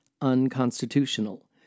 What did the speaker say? unconstitutional